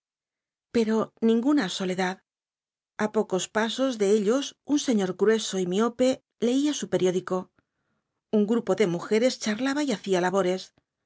pero ninguna soledad a pocos pasos de ellos un señor grueso y miope leía su periódico un grupo de mujeres charlaba y hacía labores